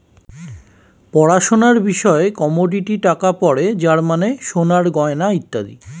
পড়াশোনার বিষয়ে কমোডিটি টাকা পড়ে যার মানে সোনার গয়না ইত্যাদি